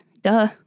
duh